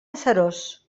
seròs